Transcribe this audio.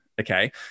Okay